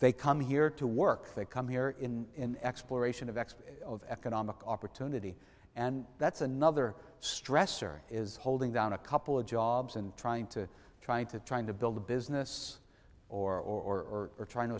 they come here to work they come here in exploration of acts of economic opportunity and that's another stressor is holding down a couple of jobs and trying to trying to trying to build a business or are trying to